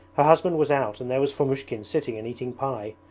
her husband was out and there was fomushkin sitting and eating pie.